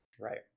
right